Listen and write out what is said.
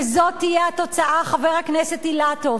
וזאת תהיה התוצאה, חבר הכנסת אילטוב.